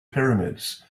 pyramids